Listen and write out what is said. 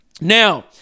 Now